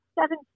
seven